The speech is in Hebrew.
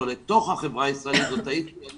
לתוך החברה הישראלית זאת הייתה אני